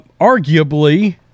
Arguably